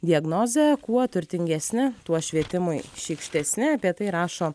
diagnozė kuo turtingesni tuo švietimui šykštesni apie tai rašo